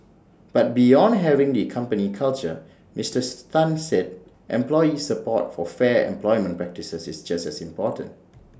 but beyond having the company culture Mister Tan said employee support for fair employment practices is just as important